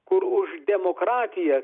kur už demokratiją